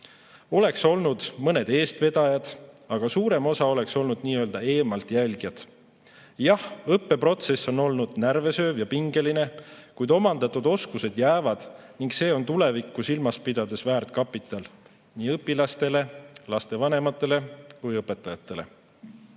Oleks olnud mõned eestvedajad, aga suurem osa oleks olnud nii‑öelda eemalt jälgijad. Jah, õppeprotsess on olnud närvesööv ja pingeline, kuid omandatud oskused jäävad ning see on tulevikku silmas pidades väärt kapital nii õpilastele, lapsevanematele kui ka õpetajatele.